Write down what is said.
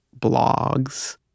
blogs